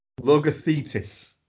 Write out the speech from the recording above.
Logothetis